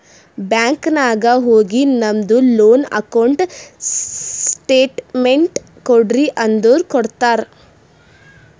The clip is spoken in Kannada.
ಬ್ಯಾಂಕ್ ನಾಗ್ ಹೋಗಿ ನಮ್ದು ಲೋನ್ ಅಕೌಂಟ್ ಸ್ಟೇಟ್ಮೆಂಟ್ ಕೋಡ್ರಿ ಅಂದುರ್ ಕೊಡ್ತಾರ್